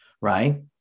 right